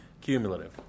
Cumulative